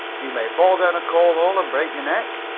you may fall down a coal-hole and break your neck,